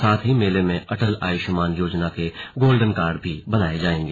साथ ही मेले में अटल आयुष्मान योजना के गोल्डन कार्ड भी बनाये जाएंगे